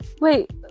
wait